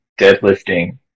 deadlifting